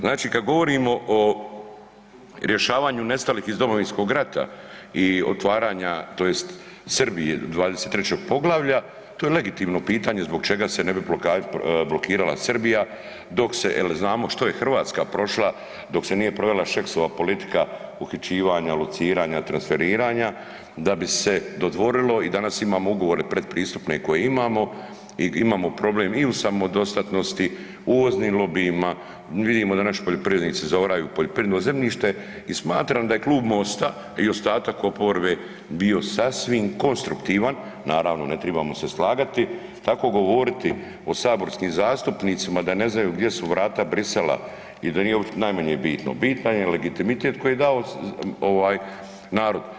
Znači, kad govorimo o rješavanju nestalih iz Domovinskog rata i otvaranja tj. Srbiji 23. poglavlja, to je legitimno pitanje zbog čega se ne bi blokirala Srbija dok se jel znamo što je Hrvatska prošla dok se nije provela Šeksova politika uhićivanja, lociranja, transferiranja da bi dodvorilo i danas imamo ugovore pretpristupne koje imamo i imamo problem i u samodostatnosti, uvoznim lobijima, vidimo da naši poljoprivrednici zaoraju poljoprivredno zemljište i smatram da je Klub MOST-a i ostatak oporbe bio sasvim konstruktivan, naravno ne tribamo se slagati i tako govoriti o saborskim zastupnicima da ne znaju gdje u vrata Bruxellesa i da nije, najmanje bitno, bitan je legitimitet koji je dao ovaj narod.